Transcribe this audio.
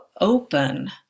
open